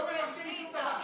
לא מפחדים משום דבר.